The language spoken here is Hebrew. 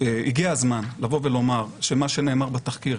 הגיע הזמן לבוא ולומר שמה שנאמר בתחקיר